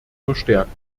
verstärken